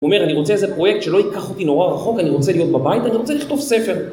הוא אומר אני רוצה איזה פרויקט שלא ייקח אותי נורא רחוק אני רוצה להיות בבית, אני רוצה לכתוב ספר